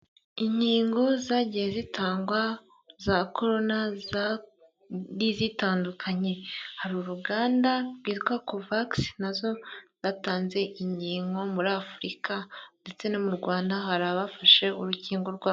Inkingo zagiye zitangwa za corona zari zitandukanye, hari uruganda rwitwa Covax nazo rwatanze inkingo muri Afurika, ndetse no mu Rwanda hari abafashe urukingo rwabo.